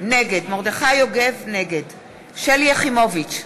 נגד שלי יחימוביץ,